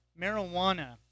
marijuana